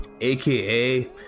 aka